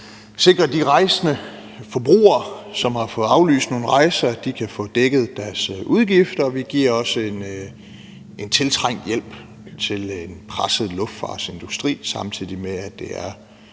at sikre, at de rejsende forbrugere, som har fået aflyst nogle rejser, kan få dækket deres udgifter. Vi giver også en tiltrængt hjælp til en presset luftfartsindustri, samtidig med at det er